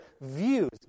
views